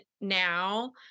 now